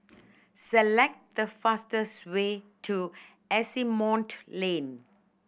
select the fastest way to Asimont Lane